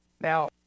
Now